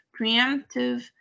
preemptive